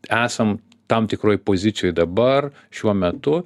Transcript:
esam tam tikroj pozicijoj dabar šiuo metu